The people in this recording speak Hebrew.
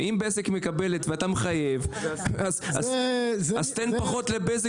אם בזק מקבלת ואתה מחייב אז תן פחות לבזק